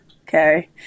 Okay